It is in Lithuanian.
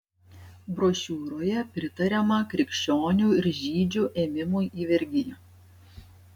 brošiūroje pritariama krikščionių ir žydžių ėmimui į vergiją